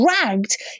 dragged